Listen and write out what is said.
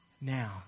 now